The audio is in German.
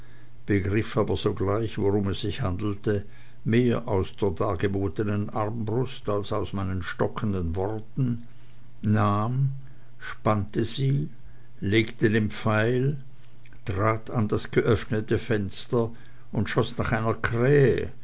begriff aber sogleich warum es sich handelte mehr aus der dargebotenen armbrust als aus meinen stockenden worten nahm spannte sie legte den pfeil trat an das geöffnete fenster und schoß nach einer krähe